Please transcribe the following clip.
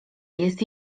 jest